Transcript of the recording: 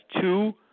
two